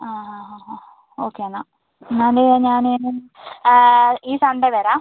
ആ ഹാ ഹാ ഹാ ഓക്കെ എന്നാൽ എന്നാൽ ഞാൻ ഈ സൺഡേ വരാം